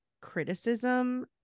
criticism